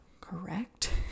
correct